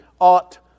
ought